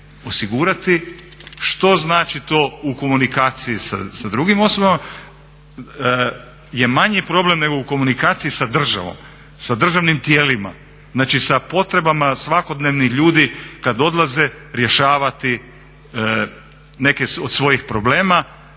osigurati, što znači to u komunikaciji sa drugim osobama je manji problem nego u komunikaciji sa državom, sa državnim tijelima. Znači, sa potrebama svakodnevnih ljudi kad odlaze rješavati neke od svojih problema.